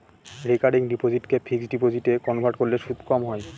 recurring ডিপোসিটকে fixed ডিপোজিটে convert করলে সুদ কম হয়